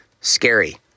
Scary